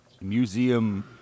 museum